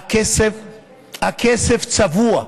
הכסף צבוע.